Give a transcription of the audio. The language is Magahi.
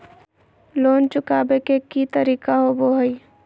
लोन चुकाबे के की तरीका होबो हइ?